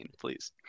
please